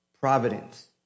providence